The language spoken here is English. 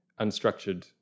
unstructured